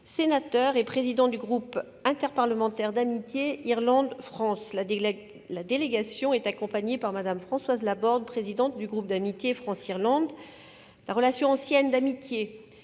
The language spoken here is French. sénateur et président du groupe interparlementaire d'amitié Irlande-France. La délégation est accompagnée par Mme Françoise Laborde, présidente du groupe d'amitié France-Irlande. La relation ancienne d'amitié